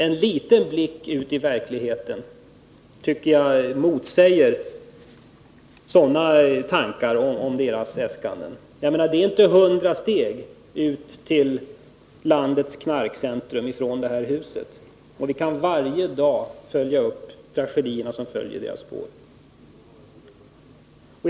En liten blick ut i verkligheten tycker jag motsäger sådana tankar om dess äskanden. Det är inte hundra steg ut till landets knarkcentrum från det här huset, och vi kan varje dag följa upp tragedierna som följer i missbrukets spår.